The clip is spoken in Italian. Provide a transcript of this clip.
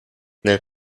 nel